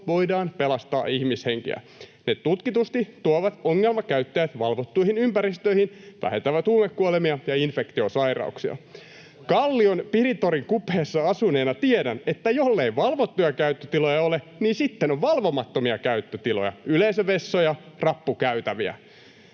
voidaan pelastaa ihmishenkiä. Ne tutkitusti tuovat ongelmakäyttäjät valvottuihin ympäristöihin, vähentävät huumekuolemia ja infektiosairauksia. Kallion Piritorin kupeessa asuneena tiedän, että jollei valvottuja käyttötiloja ole, niin sitten on valvomattomia käyttötiloja: yleisövessoja, rappukäytäviä.